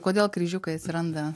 kodėl kryžiukai atsiranda